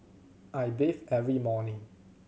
I bathe every morning